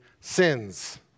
sins